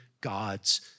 God's